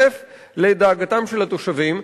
ומצטרף לדאגתם של התושבים.